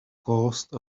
caused